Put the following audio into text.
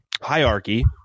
hierarchy